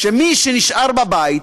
שמי שנשאר בבית